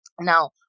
Now